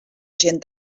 gent